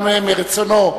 גם מרצונו,